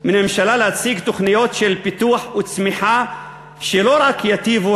מן הממשלה להציג תוכניות של פיתוח וצמיחה שלא רק ייטיבו